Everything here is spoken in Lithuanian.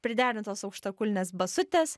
priderintos aukštakulnės basutės